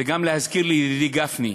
גם להזכיר לידידי גפני: